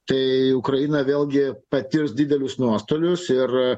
tai ukraina vėlgi patirs didelius nuostolius ir